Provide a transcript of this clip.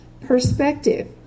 perspective